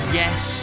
yes